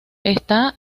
está